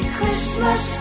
Christmas